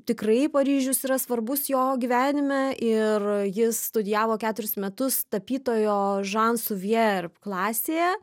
tikrai paryžius yra svarbus jo gyvenime ir jis studijavo keturis metus tapytojo žan suvjer klasėje